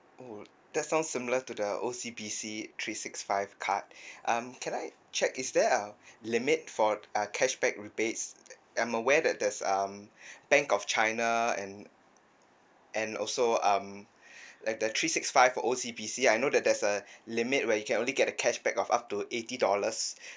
oh that sounds similar to the O_C_B_C three six five card um can I check is there a limit for uh cashback rebates I'm aware that there's um bank of china and and also um like the three six five from O_C_B_C I know that there's a limit where you can only get a cashback of up to eighty dollars